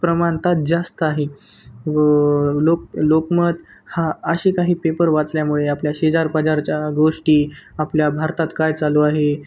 प्रमाणता जास्त आहे व लोक लोकमत हा असे काही पेपर वाचल्यामुळे आपल्या शेजारपाजारच्या गोष्टी आपल्या भारतात काय चालू आहे